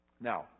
Now